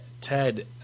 Ted, –